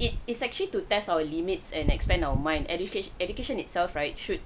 it is actually to test our limits and expand our mind education education itself right should